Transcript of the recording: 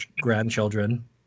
grandchildren